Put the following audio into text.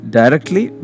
directly